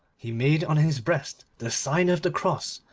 he made on his breast the sign of the cross,